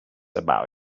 about